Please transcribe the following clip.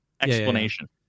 explanation